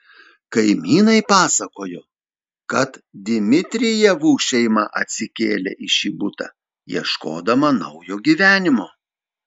kaimynai pasakojo kad dmitrijevų šeima atsikėlė į šį butą ieškodama naujo gyvenimo